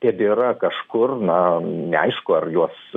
tebėra kažkur na neaišku ar juos